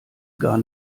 gar